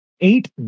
Eight